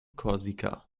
korsika